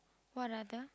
what other